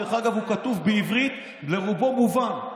דרך אגב, הוא כתוב בעברית ורובו מובן.